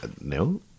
No